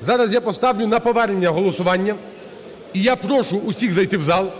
Зараз я поставлю на повернення голосування, і я прошу усіх зайти в зал,